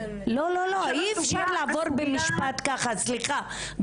לא, אי אפשר לעבור במשפט ככה, סליחה.